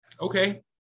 Okay